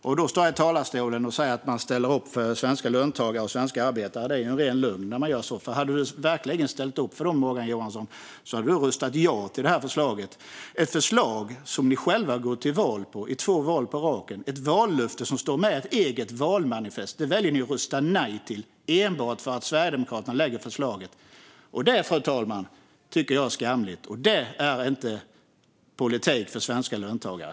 Att då stå här i talarstolen och säga att man ställer upp för svenska löntagare och svenska arbetare är att komma med en ren lögn. Om du verkligen hade ställt upp för dem, Morgan Johansson, skulle du ha röstat ja till förslaget. Det är ett förslag som ni själva går till val på i två val på raken. Det är ett vallöfte som står med i ert eget valmanifest, och det väljer ni att rösta nej till enbart för att Sverigedemokraterna lägger fram förslaget. Det, fru talman, tycker jag är skamligt. Det är inte politik för svenska löntagare.